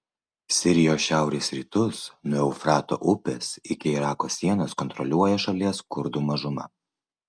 sirijos šiaurės rytus nuo eufrato upės iki irako sienos kontroliuoja šalies kurdų mažuma